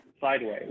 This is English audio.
sideways